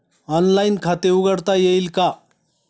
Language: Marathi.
ऑनलाइन खाते उघडता येईल का?